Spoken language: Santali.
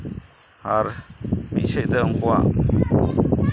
ᱟᱨ ᱢᱤᱫ ᱥᱮᱫ ᱛᱮ ᱩᱱᱠᱩᱣᱟᱜ